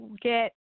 get